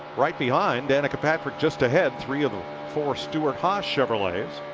right behind. danica patrick just ahead. three of the four stewart haas chevrolets.